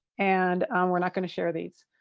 and we're not going to share these.